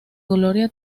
gloria